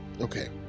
Okay